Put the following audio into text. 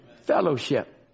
Fellowship